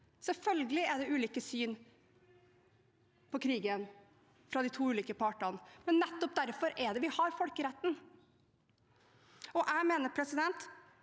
Selvfølgelig er det ulike syn på krigen fra de to ulike partene, men det er nettopp derfor vi har folkeretten. Jeg mener at vi nå